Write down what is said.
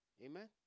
Amen